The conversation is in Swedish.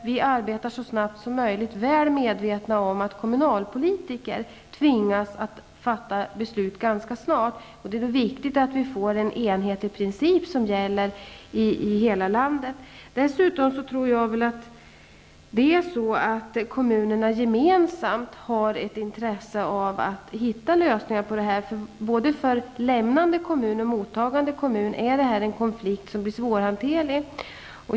Vi arbetar så snabbt som möjligt, väl medvetna om att kommunpolitiker tvingas att fatta beslut ganska snart. Det är viktigt att få en enhetlig princip som gäller i hela landet. Kommunerna har gemensamt ett intresse av att finna lösningar på frågan. För både lämnande och mottagande kommuner är detta en konflikt som kan bli svårhanterlig.